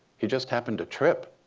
he just happened to trip.